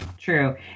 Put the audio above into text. true